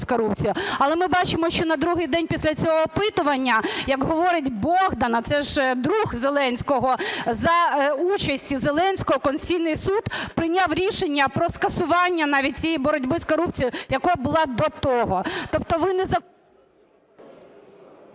з корупцією. Але ми бачимо, що на другий день після цього опитування, як говорить Богдан, а це ж друг Зеленського, за участі Зеленського Конституційний Суд прийняв рішення про скасування навіть цієї боротьби з корупцією, яка була до того. Тобто ви… ГОЛОВУЮЧИЙ.